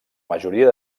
majoria